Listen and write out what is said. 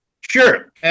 Sure